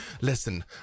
Listen